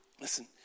listen